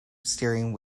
steering